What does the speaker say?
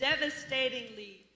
devastatingly